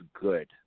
good